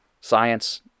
science